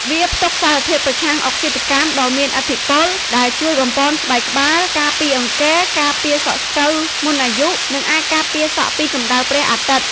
វាផ្ទុកសារធាតុប្រឆាំងអុកស៊ីតកម្មដ៏មានឥទ្ធិពល ដែលជួយបំប៉នស្បែកក្បាល ការពារអង្គែ ការពារសក់ស្កូវមុនអាយុ និងអាចការពារសក់ពីកម្ដៅព្រះអាទិត្យ។